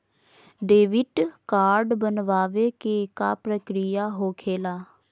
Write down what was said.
Debit card बनवाने के का प्रक्रिया होखेला?